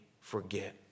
forget